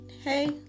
hey